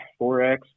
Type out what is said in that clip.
4x